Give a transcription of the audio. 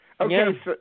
Okay